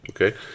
Okay